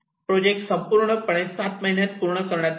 project संपूर्णपणे 7 महिन्यात पूर्ण करण्यात आला